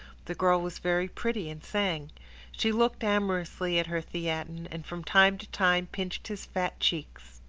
the girl was very pretty, and sang she looked amorously at her theatin, and from time to time pinched his fat cheeks.